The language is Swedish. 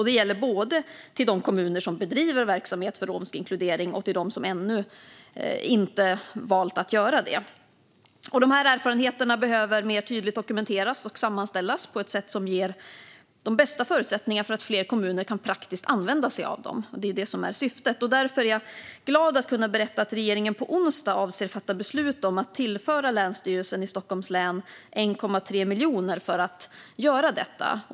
Det gäller både stöd till de kommuner som bedriver verksamhet för romsk inkludering och till dem som ännu inte har valt att göra det. Erfarenheterna behöver dokumenteras och sammanställas på ett tydligare sätt som ger de bästa förutsättningar för fler kommuner att praktiskt använda sig av dem. Det är det som är syftet. Därför är jag glad att kunna berätta att regeringen på onsdag avser att fatta beslut om att tillföra Länsstyrelsen i Stockholms län 1,3 miljoner för att göra detta.